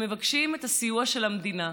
והם מבקשים את הסיוע של המדינה.